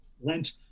lent